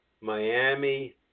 Miami